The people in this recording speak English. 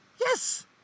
Yes